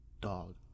Dog